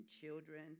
children